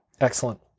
Excellent